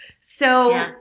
So-